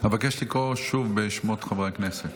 אבקש לקרוא שוב בשמות חברי הכנסת.